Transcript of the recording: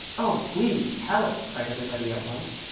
oh, please tell us, cried everybody at once.